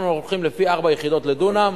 אנחנו הולכים לפי ארבע יחידות לדונם.